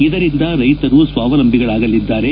ಇದರಿಂದ ರೈತರು ಸ್ವಾವಲಂಬಿಗಳಾಗಲಿದ್ದಾರೆ